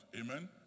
Amen